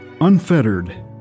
Unfettered